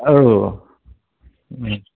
औ